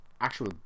actual